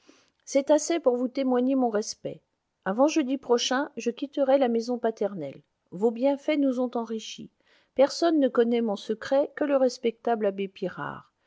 c'est assez pour vous témoigner mon respect avant jeudi prochain je quitterai la maison paternelle vos bienfaits nous ont enrichis personne ne connaît mon secret que le respectable abbé pirard